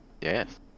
Yes